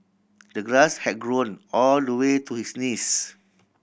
the grass had grown all the way to his knees